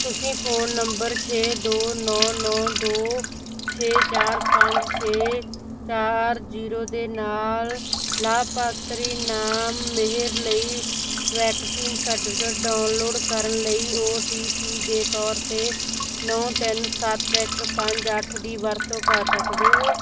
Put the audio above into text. ਤੁਸੀਂ phone number ਛੇ ਦੋ ਨੌਂ ਨੌਂ ਦੋ ਛੇ ਚਾਰ ਪੰਜ ਛੇ ਚਾਰ ਜੀਰੋ ਦੇ ਨਾਲ ਲਾਭਪਾਤਰੀ ਨਾਮ ਮਿਹਰ ਲਈ ਵੈਕਸੀਨ ਸਰਟੀਫਿਕੇਟ ਡਾਊਨਲੋਡ ਕਰਨ ਲਈ ਓ ਟੀ ਪੀ ਦੇ ਤੌਰ 'ਤੇ ਨੌਂ ਤਿੰਨ ਸੱਤ ਇੱਕ ਪੰਜ ਅੱਠ ਦੀ ਵਰਤੋਂ ਕਰ ਸਕਦੇ ਹੋ